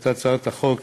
את הצעת החוק